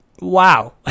Wow